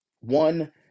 one